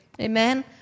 amen